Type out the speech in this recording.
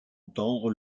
entendre